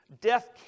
Death